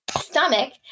stomach